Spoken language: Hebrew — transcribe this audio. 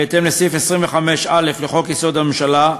בהתאם לסעיף 25(א) לחוק-יסוד: הממשלה,